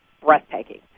breathtaking